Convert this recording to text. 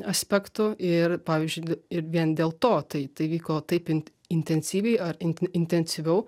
aspektų ir pavyzdžiui i ir vien dėl to tai tai vyko taip int intensyviai ar int intensyviau